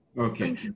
Okay